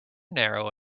narrow